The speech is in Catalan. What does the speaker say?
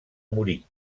morir